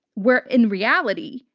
where in reality,